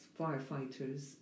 firefighters